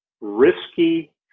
risky